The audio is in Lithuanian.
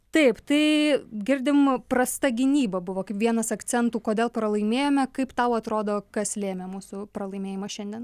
taip tai girdim prasta gynyba buvo vienas akcentų kodėl pralaimėjome kaip tau atrodo kas lėmė mūsų pralaimėjimą šiandien